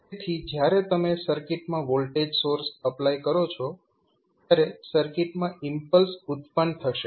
તેથી જ્યારે તમે સર્કિટમાં વોલ્ટેજ સોર્સ એપ્લાય કરો છો ત્યારે સર્કિટમાં ઈમ્પલ્સ ઉત્પન્ન થશે